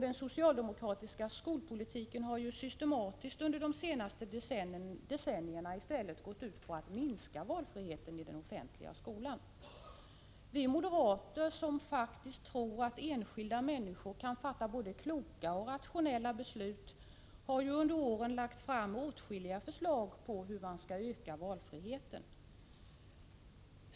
Den socialdemokratiska skolpolitiken har systematiskt under de senaste decennierna i stället gått ut på att minska valfriheten i den offentliga skolan. Vi moderater, som faktiskt tror att enskilda människor kan fatta både kloka och rationella beslut, har under åren lagt fram åtskilliga förslag om hur man skall öka valfriheten.